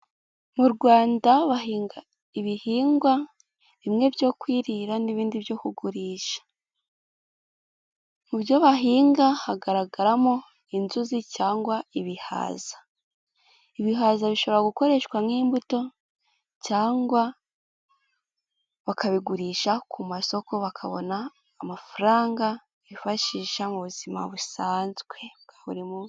Mu Rwanda bahinga ibihingwa bimwe byo kwirira n'ibindi byo kugurisha. Mu byo bahinga hagaragaramo inzuzi cyangwa ibihaza. Ibihaza bishobora gukoreshwa nk'imbuto cyangwa bakabigurisha ku masoko bakabona amafaranga bifashisha mu buzima busanzwe buri munsi.